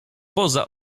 poza